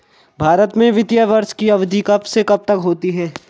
भारत में वित्तीय वर्ष की अवधि कब से कब तक होती है?